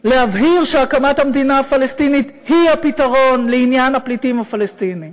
להבהיר שהקמת המדינה הפלסטינית היא הפתרון לעניין הפליטים הפלסטינים,